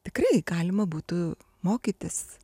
tikrai galima būtų mokytis